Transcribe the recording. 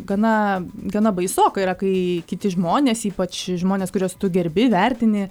gana gana baisoka yra kai kiti žmonės ypač žmonės kuriuos tu gerbi vertini